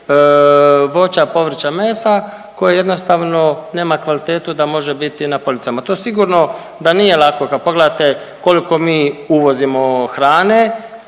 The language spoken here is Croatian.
voća, povrća, mesa, koje jednostavno nema kvalitetu da može biti na policama. To sigurno da nije lako kad pogledate koliko mi uvozimo hrane,